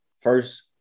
First